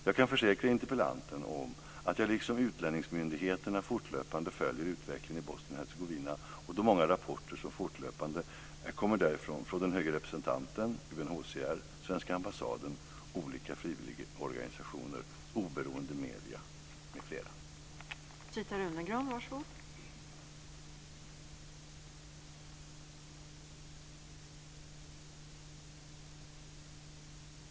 Jag kan försäkra interpellanten om att jag liksom utlänningsmyndigheterna fortlöpande följer utvecklingen i Bosnien-Hercegovina och de många rapporter som fortlöpande kommer därifrån från den höge representanten, UNHCR, den svenska ambassaden, olika frivilligorganisationer, oberoende medier m.fl.